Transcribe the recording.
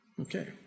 Okay